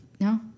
No